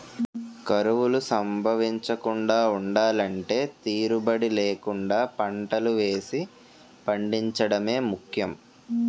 కరువులు సంభవించకుండా ఉండలంటే తీరుబడీ లేకుండా పంటలు వేసి పండించడమే ముఖ్యం